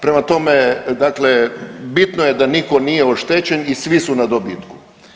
Prema tome, dakle bitno je da nitko nije oštećen i svi su na dobitku.